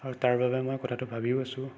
আৰু তাৰ বাবে মই কথাটো ভাবিও আছোঁ